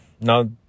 now